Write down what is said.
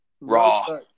Raw